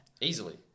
Easily